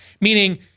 meaning